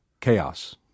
Chaos